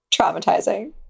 traumatizing